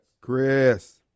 Chris